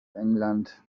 england